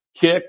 kick